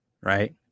right